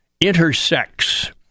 intersects